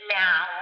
now